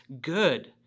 good